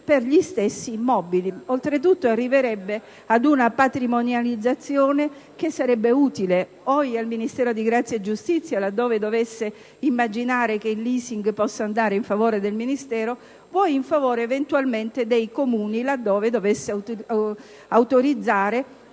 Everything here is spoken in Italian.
per gli stessi immobili. Oltretutto, arriverebbe ad una patrimonializzazione che sarebbe utile al Ministero della giustizia, laddove dovesse immaginare che il *leasing* possa andare in favore del Ministero o in favore eventualmente dei Comuni, laddove dovesse autorizzare